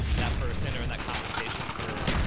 that person or in that conversation for,